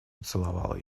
поцеловал